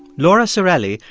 laura cirelli,